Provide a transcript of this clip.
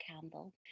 Campbell